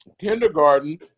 Kindergarten